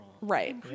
Right